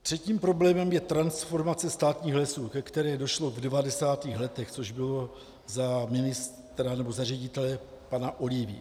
Třetím problémem je transformace státních lesů, ke které došlo v 90. letech, což bylo za ministra nebo za ředitele pana Olivy.